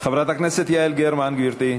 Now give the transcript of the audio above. חברת הכנסת יעל גרמן, גברתי,